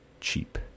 cheap